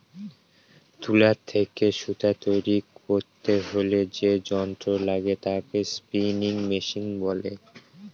তুলা থেকে সুতা তৈরী করতে হলে যে যন্ত্র লাগে তাকে স্পিনিং মেশিন বলে